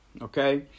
okay